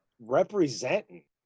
Representing